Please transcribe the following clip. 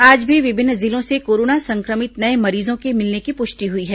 आज भी विभिन्न जिलों से कोरोना संक्रमित नये मरीजों के मिलने की पुष्टि हुई है